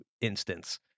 instance